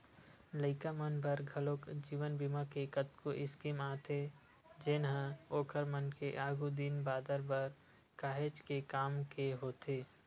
लइका मन बर घलोक जीवन बीमा के कतको स्कीम आथे जेनहा ओखर मन के आघु दिन बादर बर काहेच के काम के होथे